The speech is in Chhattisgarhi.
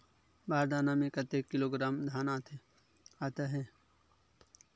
बार दाना में कतेक किलोग्राम धान आता हे?